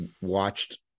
watched